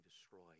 destroyed